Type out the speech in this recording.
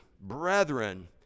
brethren